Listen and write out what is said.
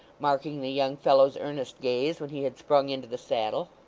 marking the young fellow's earnest gaze, when he had sprung into the saddle.